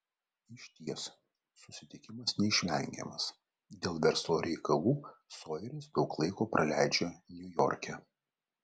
išties susitikimas neišvengiamas dėl verslo reikalų sojeris daug laiko praleidžia niujorke